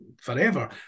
forever